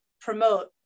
promote